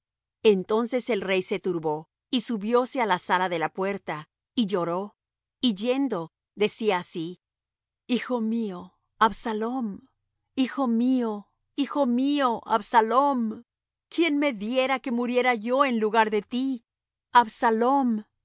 entonces el rey se turbó y subióse á la sala de la puerta y lloró y yendo decía así hijo mío absalom hijo mío hijo mío absalom quién me diera que muriera yo en lugar de ti absalom